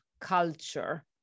culture